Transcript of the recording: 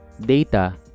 Data